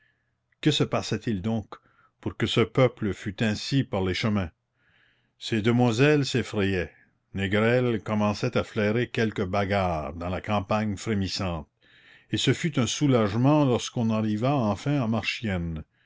que se passait-il donc pour que ce peuple fût ainsi par les chemins ces demoiselles s'effrayaient négrel commençait à flairer quelque bagarre dans la campagne frémissante et ce fut un soulagement lorsqu'on arriva enfin à marchiennes